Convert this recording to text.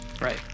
Right